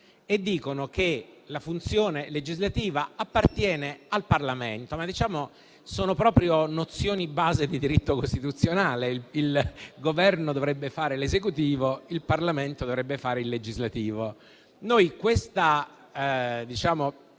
e stabiliscono che la funzione legislativa appartiene al Parlamento, ma queste sono proprio nozioni base di diritto costituzionale: il Governo dovrebbe fare l'esecutivo, il Parlamento dovrebbe fare il legislativo.